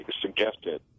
suggested